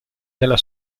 della